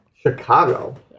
Chicago